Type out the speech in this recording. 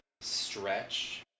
stretch